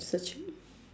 searching